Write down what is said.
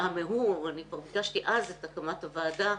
כשהתמהמהו, אני כבר ביקשת אז את הקמת הוועדה,